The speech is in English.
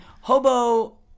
Hobo